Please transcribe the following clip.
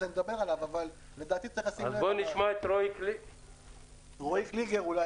נשמע את רואי קליגר.